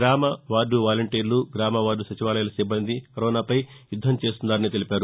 గ్రామ వార్ద వాలంటీర్ల గ్రామ వార్దు సచివాలయాల సిబ్బంది కరోనాపై యుద్దం చేస్తున్నారని తెలిపారు